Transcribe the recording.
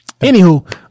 Anywho